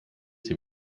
sie